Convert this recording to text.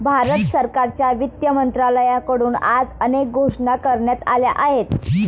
भारत सरकारच्या वित्त मंत्रालयाकडून आज अनेक घोषणा करण्यात आल्या आहेत